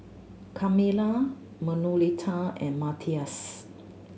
Carmella Manuelita and Matthias